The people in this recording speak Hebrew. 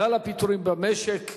גל הפיטורים במשק,